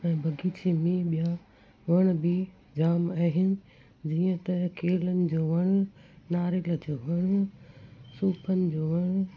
ऐं बगीचे में ॿिया वण बि जाम आहिनि जीअं त केलन जो वण नारेल जो वण सूफ़नि जो वण